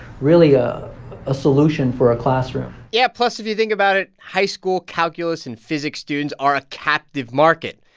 really, a a solution for a classroom yeah. plus, if you think about it, high school calculus and physics students are a captive market.